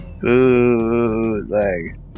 Bootleg